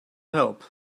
help